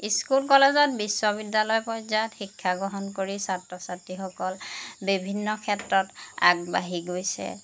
school কলেজত বিশ্ববিদ্যালয় পৰ্যায়ত শিক্ষা গ্ৰহণ কৰি ছাত্ৰ ছাত্ৰীসকল বিভিন্ন ক্ষেত্ৰত আগবাঢ়ি গৈছে